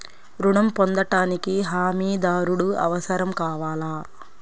ఋణం పొందటానికి హమీదారుడు అవసరం కావాలా?